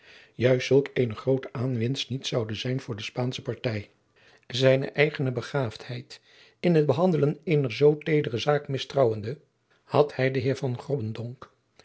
juist zulk eene groote aanwinst niet zoude zijn voor de spaansche partij zijne eigene begaafdheid in t behandelen eener zoo tedere zaak mistrouwende had hij den heer